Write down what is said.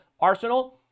Arsenal